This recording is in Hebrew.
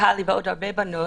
טלי ועוד הרבה בנות,